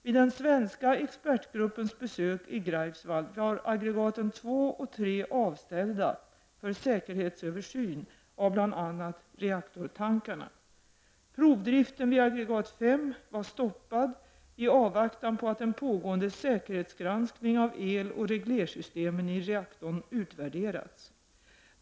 Vid den svenska expertgruppens besök i Greifswald var aggregaten 2 och 3 avställda för säkerhetsöversyn av bl.a. reaktortankarna. Provdriften vid aggregat 5 var stoppad i avvaktan på att en pågående säkerhetsgranskning av eloch reglersystemen i reaktorn skulle utvärderas.